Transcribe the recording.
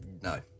No